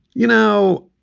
you know,